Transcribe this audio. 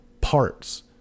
parts